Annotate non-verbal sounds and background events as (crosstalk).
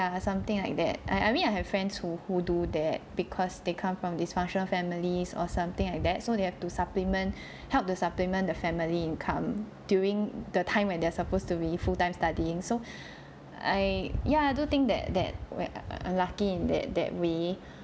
ya something like that I I mean I have friends who who do that because they come from dysfunctional families or something like that so they have to supplement helped to supplement the family income during the time when they're supposed to be full time studying so (breath) I yeah I do think that that we're lucky in that that way